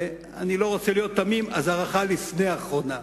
ואני לא רוצה להיות תמים, אז ההארכה לפני האחרונה,